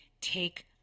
take